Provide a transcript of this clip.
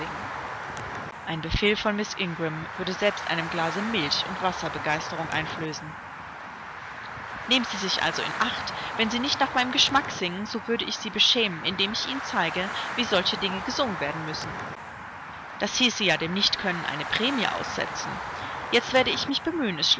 ein befehl von miß ingram würde selbst einem glase milch und wasser begeisterung einflößen nehmen sie sich also in acht wenn sie nicht nach meinem geschmack singen so werde ich sie beschämen indem ich ihnen zeige wie solche dinge gesungen werden müssen das hieße ja dem nichtkönnen eine prämie aussetzen jetzt werde ich mich bemühen